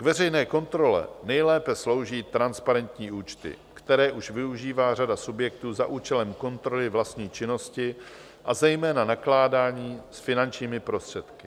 K veřejné kontrole nejlépe slouží transparentní účty, které už využívá řada subjektů za účelem kontroly vlastní činnosti, a zejména nakládání s finančními prostředky.